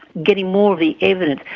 getting more of the evidence.